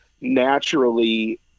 naturally